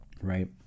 right